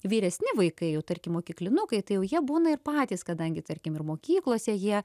vyresni vaikai jau tarkim mokyklinukai tai jau jie būna ir patys kadangi tarkim ir mokyklose jie